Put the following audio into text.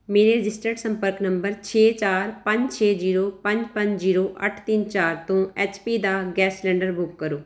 ਮੇਰੇ ਰਜਿਸਟਰਡ ਸੰਪਰਕ ਨੰਬਰ ਛੇ ਚਾਰ ਪੰਜ ਛੇ ਜ਼ੀਰੋ ਪੰਜ ਪੰਜ ਜ਼ੀਰੋ ਅੱਠ ਤਿੰਨ ਚਾਰ ਤੋਂ ਐੱਚ ਪੀ ਦਾ ਗੈਸ ਸਿਲੰਡਰ ਬੁੱਕ ਕਰੋ